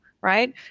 right